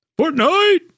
Fortnite